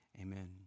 Amen